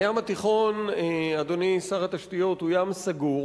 הים התיכון, אדוני שר התשתיות, הוא ים סגור,